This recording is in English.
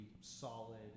solid